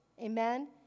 amen